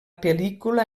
pel·lícula